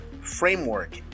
Framework